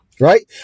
Right